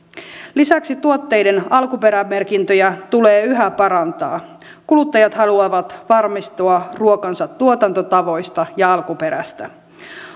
lisäksi tuotteiden alkuperämerkintöjä tulee yhä parantaa kuluttajat haluavat varmistua ruokansa tuotantotavoista ja alkuperästä